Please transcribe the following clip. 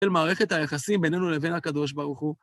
של מערכת היחסים בינינו לבין הקדוש ברוך הוא